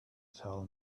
tell